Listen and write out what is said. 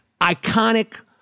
iconic